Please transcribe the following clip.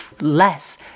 less